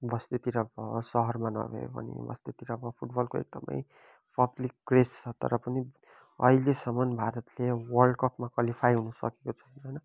बस्तीतिर भयो सहरमा नभए पनि बस्तीतिर अब फुटबलको एकदमै पब्लिक क्रेज छ तर पनि अहिलेसम्म भारतले वर्ल्ड कपमा क्वालिफाइ हुन सकेको छैन